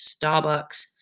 Starbucks